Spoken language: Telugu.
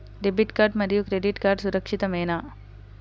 డెబిట్ కార్డ్ మరియు క్రెడిట్ కార్డ్ సురక్షితమేనా?